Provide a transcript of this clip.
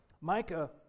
Micah